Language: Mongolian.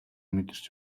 мэдэрч